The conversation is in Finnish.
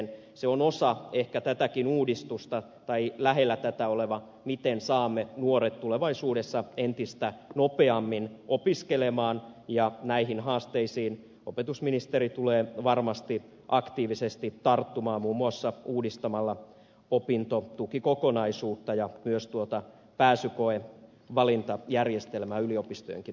se on osa ehkä tätäkin uudistusta tai sitä lähellä oleva asia miten saamme nuoret tulevaisuudessa entistä nopeammin opiskelemaan ja näihin haasteisiin opetusministeri tulee varmasti aktiivisesti tarttumaan muun muassa uudistamalla opintotukikokonaisuutta ja myös tuota pääsykoejärjestelmää yliopistojenkin osalta